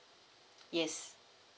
yes